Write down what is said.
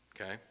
Okay